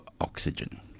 oxygen